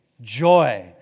joy